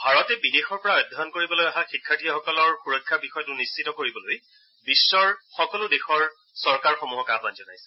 ভাৰতে বিদেশৰ পৰা অধ্যয়ন কৰিবলৈ অহা শিক্ষাৰ্থীসকলৰ সুৰক্ষাৰ বিষয়টো নিশ্চিত কৰিবলৈ বিশ্বৰ সকলো দেশৰ চৰকাৰসমূহক আহবান জনাইছে